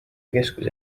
keskuse